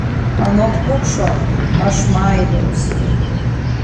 anot kukšo aš maiviaus